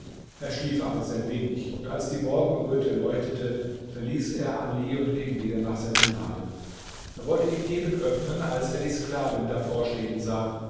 er schlief aber sehr wenig und als die morgenröte leuchtete verließ er ali und ging wieder nach seinem laden er wollte ihn eben öffnen als er die sklavin davor stehen sah